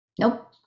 nope